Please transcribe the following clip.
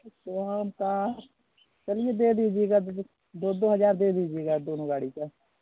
toll का चलिए दे दीजिएगा दो दो हज़ार दे दीजिएगा दोनों गाड़ी का